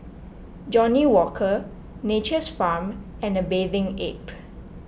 Johnnie Walker Nature's Farm and A Bathing Ape